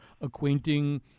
acquainting